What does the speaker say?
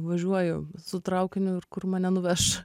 važiuoju su traukiniu ir kur mane nuveš